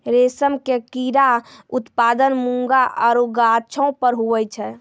रेशम के कीड़ा उत्पादन मूंगा आरु गाछौ पर हुवै छै